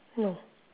no